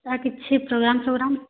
sir କିଛି ପୋଗ୍ରାମ୍ଫୋଗ୍ରାମ୍